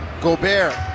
Gobert